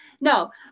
No